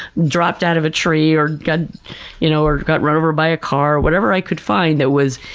dropped out of a tree, or got you know or got run over by a car, whatever i could find that was,